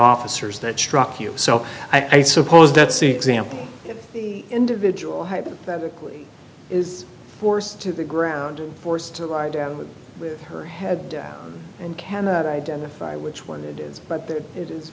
officers that struck you so i suppose that's the example individual hypothetically is forced to the ground forced to lie down with her head and cannot identify which one it is but it is